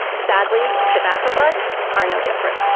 sadly, tobacco butts are no different.